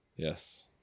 Yes